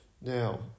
Now